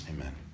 Amen